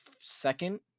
second